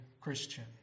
Christian